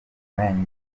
range